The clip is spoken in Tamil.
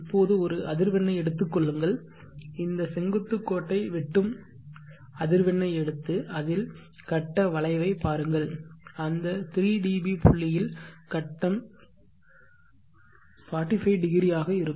இப்போது ஒரு அதிர்வெண்ணை எடுத்துக் கொள்ளுங்கள் இந்த செங்குத்து கோட்டை வெட்டும் அதிர்வெண்ணை எடுத்து அதில் கட்ட வளைவைப் பாருங்கள் அந்த 3 dB புள்ளியில் கட்டம் 45° ஆக இருக்கும்